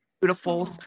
beautiful